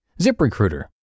ZipRecruiter